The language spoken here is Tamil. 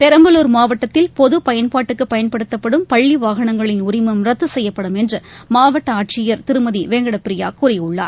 பெரம்பலூர் மாவட்டத்தில் பொதுப் பயன்பாட்டுக்கு பயன்படுத்தப்படும் பள்ளி வாகனங்களின் உரிமம் ரத்து செய்யப்படும் என்று மாவட்ட ஆட்சியர் திருமதி ஸ்ரீவெங்கட பிரியா கூறியுள்ளார்